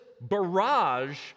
barrage